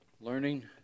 Learning